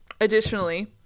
additionally